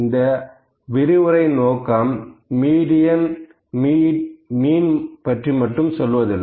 இந்த விரிவுரையின் நோக்கம் மீன் மீடியன் பற்றி மட்டும் சொல்வதில்லை